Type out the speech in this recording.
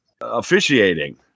officiating